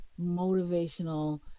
motivational